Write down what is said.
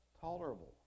tolerable